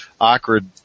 awkward